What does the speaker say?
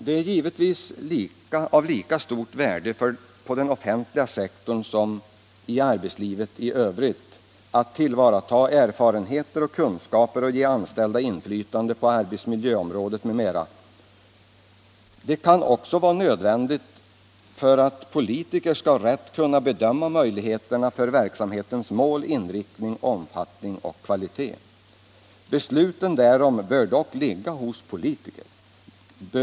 Det är givetvis av lika stort värde på den offentliga sektorn som i arbetslivet i övrigt att tillvarata erfarenheter och kunskaper och ge anställda inflytande på arbetsmiljö m.m. Det kan också vara nödvändigt för att politiker skall rätt kunna bedöma möjligheterna för verksamhetens mål, inriktning, omfattning och kvalitet. Besluten därom bör dock ligga hos politiker.